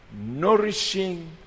nourishing